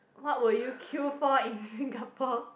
what would you kill for in Singapore